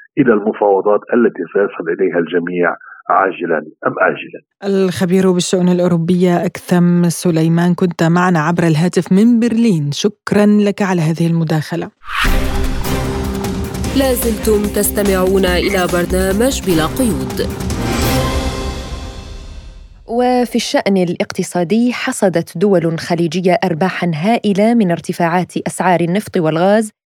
إلى المفاوضات التي سيصل إليها الجميع عاجلاً أم آجلاً. الخبير بالشؤون الأوروبية أكثم سليمان، كنت معنا عبر الهاتف من برلين. شكراً لك على هذه المداخلة. لا زلتم تستمعون إلى برنامج بلا قيود. وفي الشأن الاقتصادي حصدت دول خليجية أرباحاً هائلة من ارتفاعات أسعار النفط والغاز